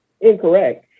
incorrect